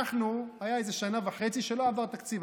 הייתה איזה שנה וחצי שבה לא עבר תקציב,